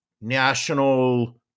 national